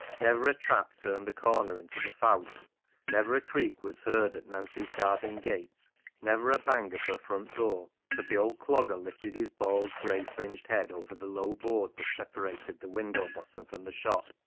never a trap turned the corner into the fowt never a creak was heard at nancy's garden gate never a bang of her front door, but the old clogger lifted his bald, grey-fringed head over the low board that separated the window bottom from the shop,